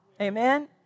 Amen